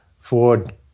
Ford